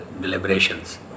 deliberations